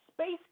space